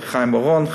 וחיים אורון,